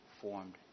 formed